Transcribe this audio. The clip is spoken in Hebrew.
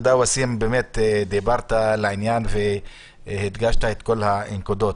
באמת דיברת לעניין והדגשת את כל הנקודות.